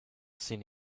sen